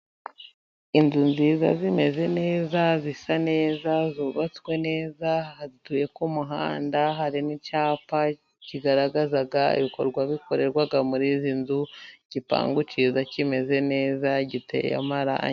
Inzu nziza zimeze neza, zisa neza, zubatswe neza ,hatuye ku umuhanda. Harimo icyapa kigaragazaga ibikorwa bikorerwa muri izi nzu. Igipangu kiza kimeze neza, giteye amarangi.